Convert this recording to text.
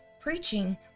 preaching